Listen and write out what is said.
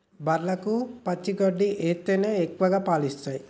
బర్లకు పచ్చి గడ్డి ఎత్తేనే ఎక్కువ పాలు ఇత్తయ్